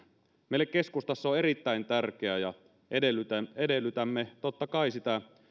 meille keskustassa on erittäin tärkeää ja edellytämme edellytämme totta kai sitä